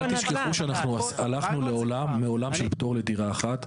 אל תשכחו שאנחנו הלכנו לעולם של פטור לדירה אחת.